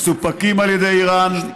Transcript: המסופקים על ידי איראן.